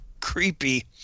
creepy